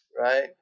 right